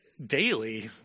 Daily